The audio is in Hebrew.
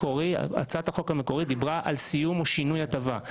הצעת החוק המקורית דיברה על סיום או שינוי הטבה.